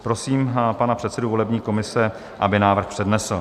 Prosím pana předsedu volební komise, aby návrh přednesl.